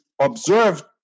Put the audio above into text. observed